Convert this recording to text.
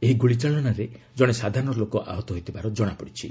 ଏହି ଗୁଳିଚାଳନାରେ ଜଣେ ସାଧାରଣ ଲୋକ ଆହତ ହୋଇଥିବାର କଣାପଡ଼ିଛି